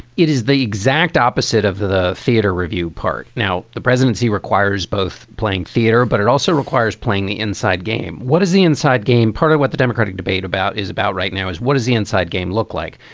it is the exact opposite of the theater review part. now, the presidency requires both playing theater, but it also requires playing the inside game. what is the inside game? part of what the democratic debate about is about right now is what is the inside game look like?